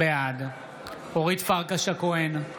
בעד אורית פרקש הכהן,